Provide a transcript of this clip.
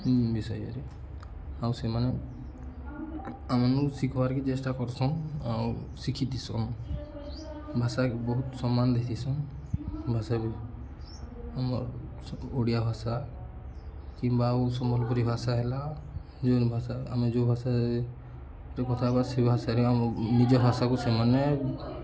ବିଷୟରେ ଆଉ ସେମାନେ ଆମର୍ନୁ ଶିଖ୍ବାର୍କେ ଚେଷ୍ଟା କର୍ସନ୍ ଆଉ ଶିଖିଥିସନ୍ ଭାଷାକେ ବହୁତ୍ ସମ୍ମାନ୍ ଦେଇଥିସନ୍ ଭାଷା ବି ଆମ ଓଡ଼ିଆ ଭାଷା କିମ୍ବା ଆଉ ସମ୍ବଲପୁରୀ ଭାଷା ହେଲା ଯେଉଁ ଭାଷା ଆମେ ଯେଉଁ ଭାଷାରେ କଥା ହେବା ସେ ଭାଷାରେ ଆମ ନିଜ ଭାଷାକୁ ସେମାନେ